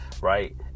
right